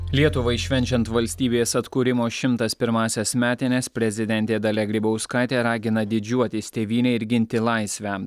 lietuvai švenčiant valstybės atkūrimo šimtas pirmąsias metines prezidentė dalia grybauskaitė ragina didžiuotis tėvyne ir ginti laisvę